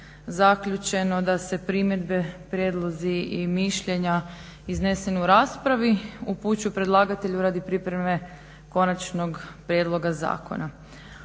zaključeno da se primjedbe, prijedlozi i mišljenja iznesena u raspravi upućuju predlagatelju radi pripreme konačnog prijedloga zakona.